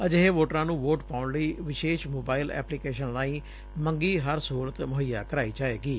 ਅਜਿਹੇ ਵੋਟਰਾ ਨੂੰ ਵੋਟ ਪਾਉਣ ਲਈ ਵਿਸ਼ੇਸ਼ ਮੋਬਾਈਲ ਐਪਲੀਕੇਸ਼ਨ ਰਾਹੀ ਮੰਗੀ ਹਰ ਸਹੁਲਤ ਮੁਹੱਈਆ ਕਰਵਾਈ ਜਾਏਗੀ